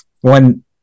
one